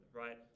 right